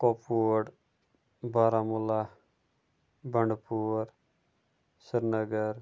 Kupwara Baramulla Bandipora Srinagar